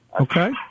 Okay